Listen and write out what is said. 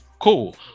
Cool